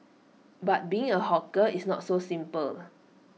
but being A hawker it's not so simple